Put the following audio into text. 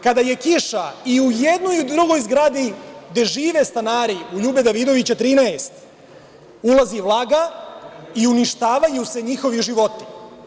Kada je kiša, i u jednoj i drugoj zgradi, gde žive stanari, u LJube Davidovića 13, ulazi vlaga i uništavaju se njihovi životi.